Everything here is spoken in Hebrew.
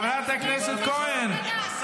מדינת ישראל נמצאת בסכנה בגללך.